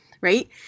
right